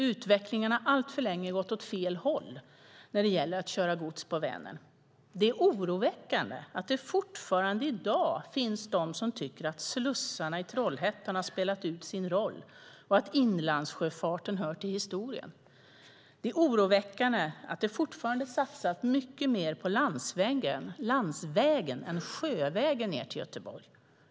Utvecklingen har alltför länge gått åt fel håll när det gäller att köra gods på Vänern. Det är oroväckande att det fortfarande i dag finns de som tycker att slussarna i Trollhättan har spelat ut sin roll och att inlandssjöfarten hör till historien. Det är oroväckande att det fortfarande satsas mycket mer på landsvägen än sjövägen ned till Göteborg.